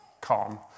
calm